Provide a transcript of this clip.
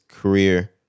career